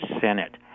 senate